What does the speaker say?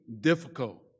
difficult